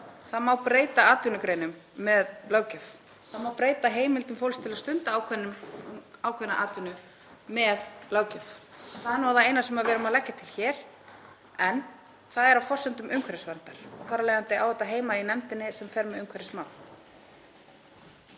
það má breyta atvinnugreinum með löggjöf, það má breyta heimildum fólks til að stunda ákveðna atvinnu með löggjöf. Það er nú það eina sem við erum að leggja til hér. En það er á forsendum umhverfisverndar og þar af leiðandi á þetta heima í nefndinni sem fer með umhverfismál.